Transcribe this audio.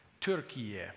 Turkey